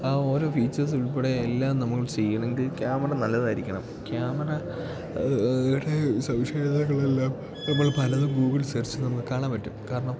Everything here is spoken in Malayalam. ആ ഓരോ ഫീച്ചേഴ്സ് ഉൾപ്പെടെ എല്ലാം നമ്മൾ ചെയ്യണമെങ്കിൽ ക്യാമറ നല്ലതായിരിക്കണം ക്യാമറയുടെ സവിശേഷതകളെല്ലാം നമ്മൾ പലതും ഗൂഗിൾ സെർച്ച് നമ്മൾക്ക് കാണാൻ പറ്റും കാരണം